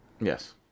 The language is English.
Yes